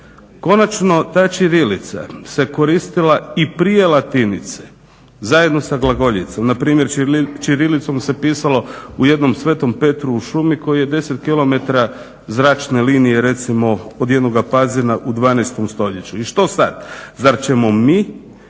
Konačno, ta ćirilica se koristila i prije latinice, zajedno sa glagoljicom. Na primjer ćirilicom se pisalo u jednom sv. Petru u šumi koji je 10 km zračne linije recimo od jednoga Pazina u 12. stoljeću. I što sad? Zar ćemo mi